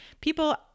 people